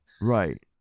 Right